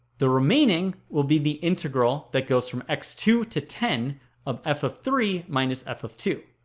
the remaining will be the integral that goes from x two to ten of f of three minus f of two